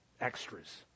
extras